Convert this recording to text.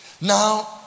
Now